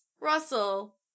Russell